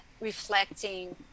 reflecting